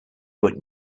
put